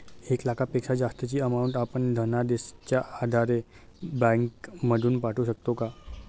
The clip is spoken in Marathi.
एक लाखापेक्षा जास्तची अमाउंट आपण धनादेशच्या आधारे बँक मधून पाठवू शकतो का?